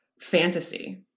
fantasy